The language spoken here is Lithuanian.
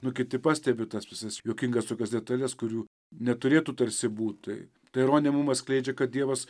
nu kiti pastebiu tas visas juokingas tokias detales kurių neturėtų tarsi būt ta ironija mum atskleidžia kad dievas